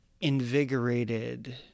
invigorated